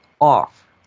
off